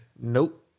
Nope